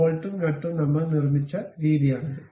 ബോൾട്ടും നട്ടും നമ്മൾ നിർമ്മിച്ച രീതിയാണിത്